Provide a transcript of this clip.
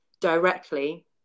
directly